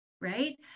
right